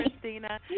Christina